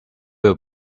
will